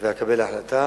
ואקבל החלטה.